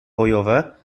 bojowe